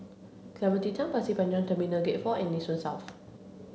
Clementi Town Pasir Panjang Terminal Gate four and Nee Soon South